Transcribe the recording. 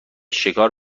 شکار